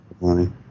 money